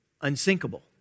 unsinkable